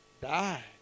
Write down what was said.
die